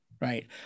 right